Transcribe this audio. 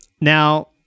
now